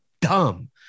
dumb